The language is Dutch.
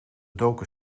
doken